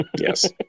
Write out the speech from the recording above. yes